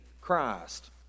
Christ